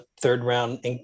third-round